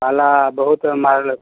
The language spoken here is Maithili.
पाला बहुत मारलकै